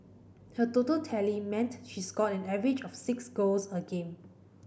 her total tally meant she scored an average of six goals a game